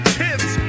kids